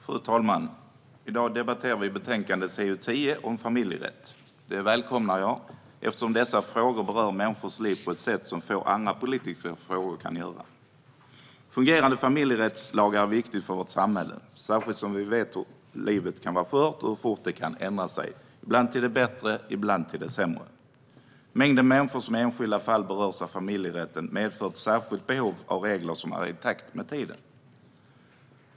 Fru talman! I dag debatterar vi betänkande CU10 om familjerätt. Det välkomnar jag eftersom dessa frågor berör människors liv på ett sätt som få andra politiska frågor kan göra. Fungerande familjerättslagar är viktiga för vårt samhälle, särskilt som vi vet att livet kan vara skört och hur fort det kan ändra sig - ibland till det bättre, ibland till det sämre. Mängden människor som i enskilda fall berörs av familjerätten medför ett särskilt behov av regler som är i takt med tiden.